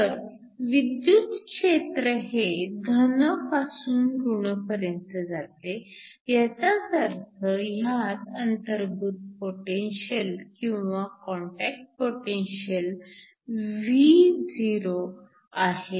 तर विद्युत क्षेत्र हे धन पासून ऋण पर्यंत जाते ह्याचाच अर्थ ह्यात अंतर्भूत पोटेन्शिअल किंवा काँटॅक्ट पोटेन्शिअल Vo आहे